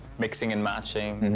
mixing and matching.